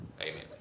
Amen